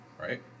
Right